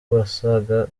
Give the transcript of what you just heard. abasaga